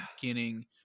beginning